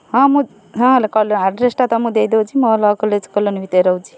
ହଁ ମୁଁ ହଁ ଆଡ଼୍ରେସ୍ଟା ତୁମକୁ ମୁଁ ଦେଇଦେଉଛି ମୁଁ ଲ କଲେଜ୍ କଲୋନୀ ଭିତରେ ରହୁଛି